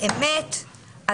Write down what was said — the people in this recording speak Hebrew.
להגדיר אמת,